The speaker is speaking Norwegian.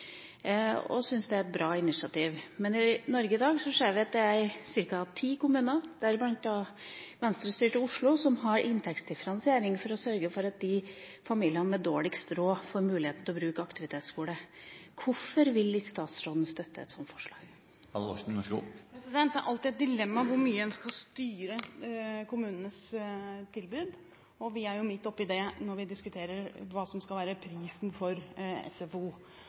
og SFO-er, og som syns at det er et bra initiativ. Men i Norge i dag ser vi at det er ca. ti kommuner, deriblant Venstre-styrte Oslo, som har inntektsdifferensiering for å sørge for at de familiene med dårligst råd får mulighet til å bruke aktivitetsskole. Hvorfor vil ikke statsråden støtte et sånt forslag? Det er alltid et dilemma hvor mye man skal styre kommunenes tilbud, og vi er midt oppe i det når vi diskuterer hva som skal være prisen for SFO.